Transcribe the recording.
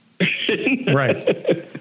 Right